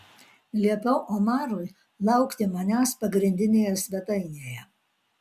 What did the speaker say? liepiau omarui laukti manęs pagrindinėje svetainėje